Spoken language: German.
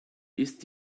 ist